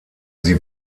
sie